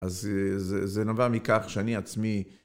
אז זה זה זה, זה נובע מכך שאני עצמי...